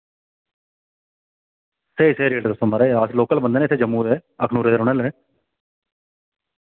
स्हेई स्हेई रेट दस्सो महाराज अस लोकल बंदे न इत्थै जम्मू दे अखनूरै दे रौह्ने आह्ले न